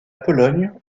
pologne